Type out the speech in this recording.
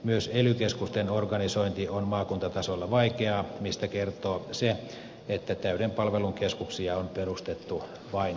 myös ely keskusten organisointi on maakuntatasolla vaikeaa mistä kertoo se että täyden palvelun keskuksia on perustettu vain yhdeksän